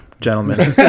gentlemen